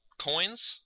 coins